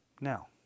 now